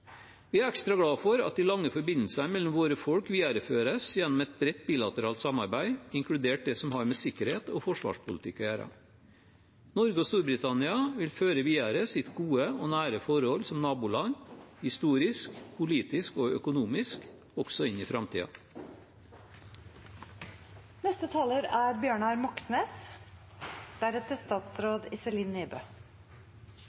Vi er ekstra glad for at de lange forbindelsene mellom våre folk videreføres gjennom et bredt bilateralt samarbeid, inkludert det som har med sikkerhet og forsvarspolitikk å gjøre. Norge og Storbritannia vil føre videre sitt gode og nære forhold som naboland – historisk, politisk og økonomisk – også inn i